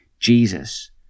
Jesus